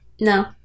No